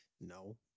no